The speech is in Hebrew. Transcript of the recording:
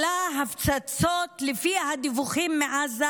שלפי הדיווחים מעזה